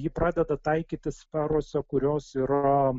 jį pradeda taikyti sferose kurios yra